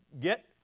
get